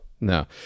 No